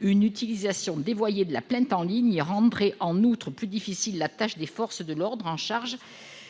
Une utilisation dévoyée de la plainte en ligne rendrait aussi plus difficile la tâche des forces de l'ordre en charge